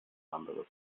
anderes